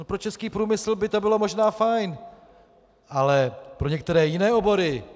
Pro český průmysl by to bylo možná fajn, ale pro některé jiné obory?